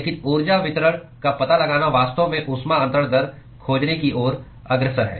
लेकिन ऊर्जा वितरण का पता लगाना वास्तव में ऊष्मा अन्तरण दर खोजने की ओर अग्रसर है